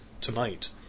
tonight